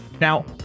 now